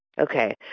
Okay